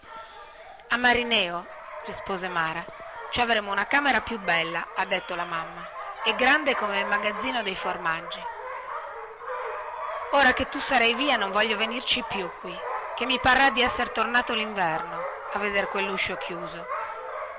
a marineo rispose mara ci avremo una camera più bella ha detto la mamma e grande come il magazzino dei formaggi ora che tu sarai via non voglio venirci più qui chè mi parrà di esser tornato linverno a veder quelluscio chiuso